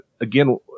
again